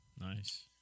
nice